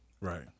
Right